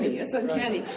it's uncanny,